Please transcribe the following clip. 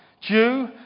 Jew